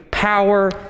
Power